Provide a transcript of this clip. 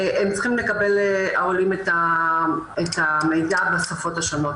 העולים צריכים לקבל את המידע בשפות בשונות.